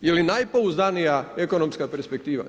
Ili najpouzdanija ekonomska perspektiva?